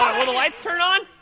will the lights turn on?